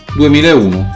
2001